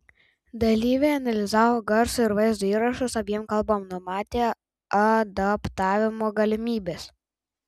dalyviai analizavo garso ir vaizdo įrašus abiem kalbom numatė adaptavimo galimybes